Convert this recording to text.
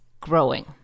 growing